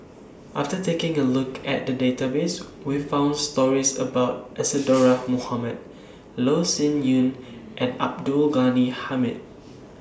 after taking A Look At The Database We found stories about Isadhora Mohamed Loh Sin Yun and Abdul Ghani Hamid